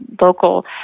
local